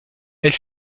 elle